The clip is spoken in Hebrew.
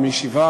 או מישיבה,